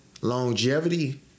longevity